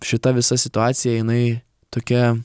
šita visa situacija jinai tokia